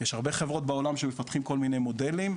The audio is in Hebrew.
יש כל מיני חברות בעולם שמפתחים כל מיני מודלים,